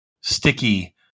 sticky